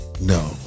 No